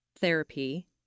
therapy